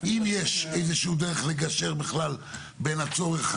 אם יש איזושהי דרך לגשר בכלל בין הצורך